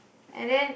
and then